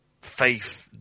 faith